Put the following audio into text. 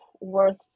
worth